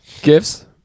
Gifts